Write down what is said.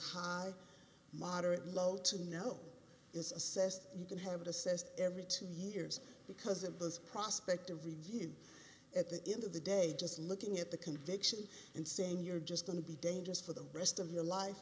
high moderate low to no is assessed you could have assessed every two years because of the prospect of reading at the end of the day just looking at the conviction and saying you're just going to be dangerous for the rest of your life